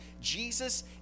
Jesus